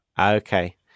Okay